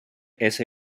ese